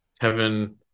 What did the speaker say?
Kevin